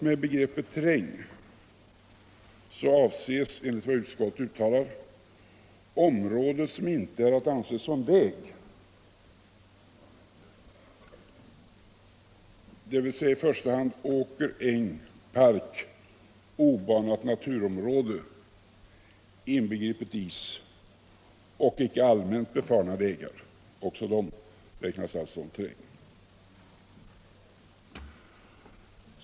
Med begreppet terräng avses enligt vad utskottet uttalar ”område som inte är att anse som väg, dvs. i första hand åker, äng, park, obanat naturområde —- inbegripet is — och icke allmänt befarna vägar”. Också vägar kan alltså räknas som terräng.